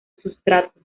sustrato